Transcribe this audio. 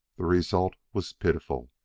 the result was pitiful,